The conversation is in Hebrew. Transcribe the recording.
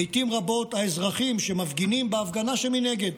ואלה לעיתים רבות האזרחים שמפגינים בהפגנה שמנגד,